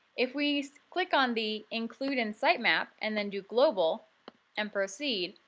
if we click on the include in sitemap and then do global and proceed,